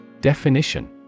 Definition